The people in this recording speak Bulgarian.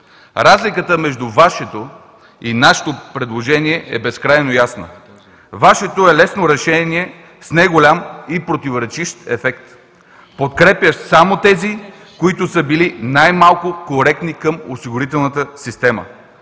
Разликата между Вашето и нашето предложение е безкрайно ясна. Вашето е лесно решение, с неголям и противоречив ефект, подкрепящ само тези, които са били най-малко коректни към осигурителната система.